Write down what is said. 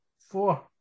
Four